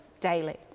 daily